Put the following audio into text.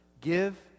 Give